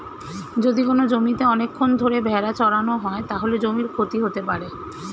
যদি কোনো জমিতে অনেকক্ষণ ধরে ভেড়া চড়ানো হয়, তাহলে জমির ক্ষতি হতে পারে